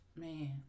Man